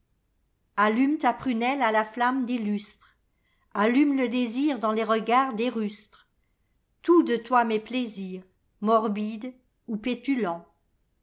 allume ta prunelle à la flamme des lustres allume le désir dans les regards des rustres tout de toi m'est plaisir morbide ou pétulant